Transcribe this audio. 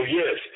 yes